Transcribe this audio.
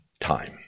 time